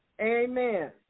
Amen